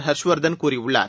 ஹர்ஷ்வர்தன் கூறியுள்ளார்